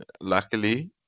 luckily